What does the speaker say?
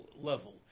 level